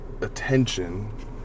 attention